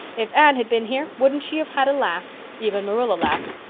if anne had been here wouldn't she have had a laugh even marilla laughed.